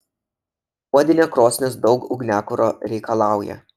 puodinė krosnis daug ugniakuro reikalauja